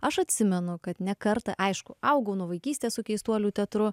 aš atsimenu kad ne kartą aišku augau nuo vaikystės su keistuolių teatru